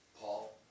Paul